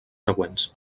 següents